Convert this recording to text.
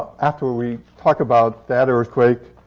after we talk about that earthquake,